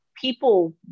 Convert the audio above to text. people